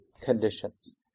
conditions